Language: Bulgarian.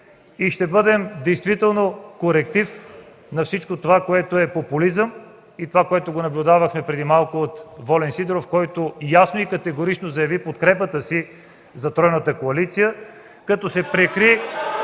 и ще бъдем действително коректив на всичко това, което е популизъм и това, което наблюдавахме преди малко – Волен Сидеров, който ясно и категорично заяви подкрепата си за тройната коалиция, като се прикри...